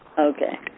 Okay